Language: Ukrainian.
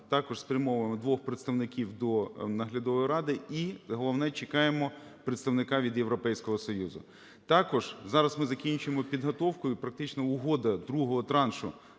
також спрямовуємо двох представників до Наглядової ради, і головне, чекаємо представника від Європейського Союзу. Також зараз ми закінчимо підготовку, і практично угода другого траншу